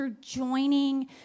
Joining